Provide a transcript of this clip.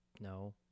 no